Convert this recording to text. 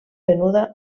venuda